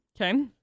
Okay